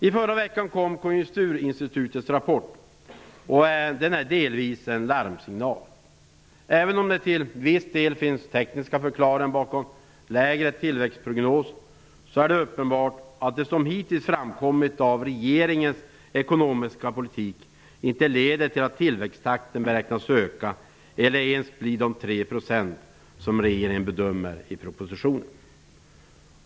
I förra veckan kom Konjunkturinstitutets rapport, och den är delvis en larmsignal. Även om det till viss del finns tekniska förklaringar bakom lägre tillväxtprognos är det uppenbart att det som hittills framkommit av regeringens ekonomiska politik inte leder till att tillväxttakten beräknas öka eller ens bli de 3 % som regeringen bedömer i propositionen.